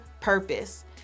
purpose